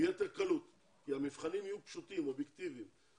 ביתר קלות כי המבחנים יהיו פשוטים ואובייקטיביים.